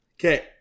Okay